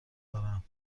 دارم